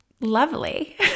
lovely